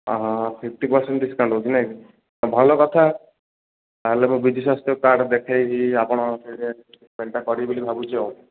ଅଁ ହଁ ହଁ ଫିପଟି ପରସେଣ୍ଟ୍ ଡିସକାଉଣ୍ଟ୍ ହଉଛି ନାଇକି ତ ଭଲକଥା ତାହେଲେ ମୁଁ ବିଜୁ ସ୍ୱାସ୍ଥ୍ୟ କାର୍ଡ଼ ଦେଖାଇବି ଆପଣ କରିବି ବୋଲି ଭାବୁଛି ଆଉ